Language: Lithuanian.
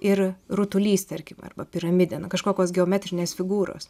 ir rutulys tarkim arba piramidė na kažkokios geometrinės figūros